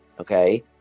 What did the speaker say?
Okay